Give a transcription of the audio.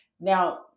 Now